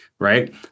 right